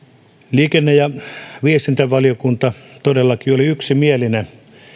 liikenne ja viestintävaliokunta todellakin oli yksimielinen